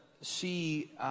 see